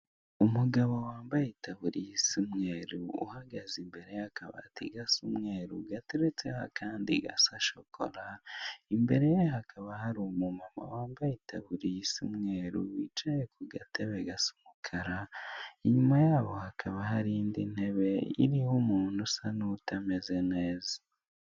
Umugabo wambaye itaburiya isa umweru uhagaze imbere y'akabati gasa umweru gateretseho akandi gasa shokola, imbere yehakaba hari umumama wambaye itaburiya isa umweru wicaye kugatebe gasa umukara, inyuma yaho hakaba hari indi ntebe iriho umuntu usa nk'utameze neza.